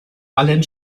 allen